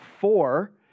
four